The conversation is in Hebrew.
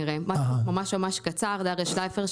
אני דריה שלייפר,